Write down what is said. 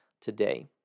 today